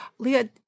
Leah